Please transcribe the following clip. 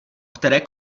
které